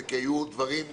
כי היו עוד דברים,